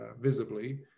visibly